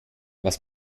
was